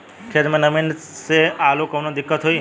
खेत मे नमी स आलू मे कऊनो दिक्कत होई?